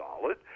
solid